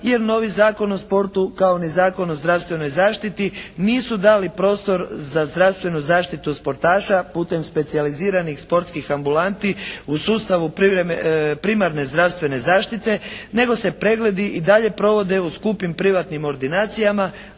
jer novi Zakon o sportu, kao ni Zakon o zdravstvenoj zaštiti nisu dali prostor za zdravstvenu zaštitu sportaša putem specijaliziranih sportskih ambulanti u sustavu primarne zdravstvene zaštite, nego se pregledi i dalje provode u skupim privatnim ordinacijama,